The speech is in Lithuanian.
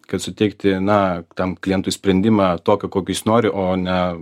kad suteikti na tam klientui sprendimą tokį kokį jis nori o ne